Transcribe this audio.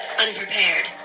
unprepared